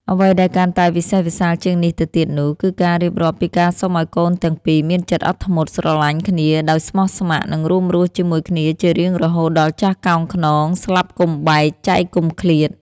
អ្វីដែលកាន់តែវិសេសវិសាលជាងនេះទៅទៀតនោះ គឺការរៀបរាប់ពីការសុំឱ្យកូនទាំងពីរមានចិត្តអត់ធ្មត់ ស្រឡាញ់គ្នាដោយស្មោះស្ម័គ្រ និងរួមរស់ជាមួយគ្នាជារៀងរហូតដល់ចាស់កោងខ្នង ស្លាប់កុំបែក ចែកកុំឃ្លាត។